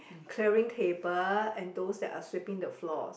clearing table and those that are sweeping the floors